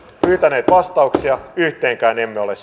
pyytäneet vastauksia yhteenkään emme ole